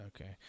Okay